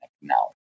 now